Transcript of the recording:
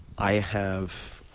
i have